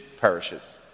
perishes